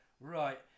Right